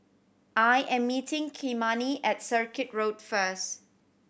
I am meeting Kymani at Circuit Road first